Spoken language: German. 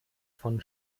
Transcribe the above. von